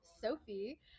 Sophie